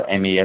MES